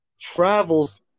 travels